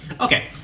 Okay